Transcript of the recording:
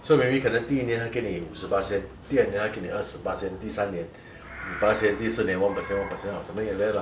okay so maybe 可能第一年他给你五十巴仙第二年他给你二十巴仙第三年五巴仙第四年 one percent one percent or something like that lah okay so then there